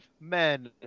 men